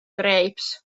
grapes